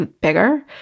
bigger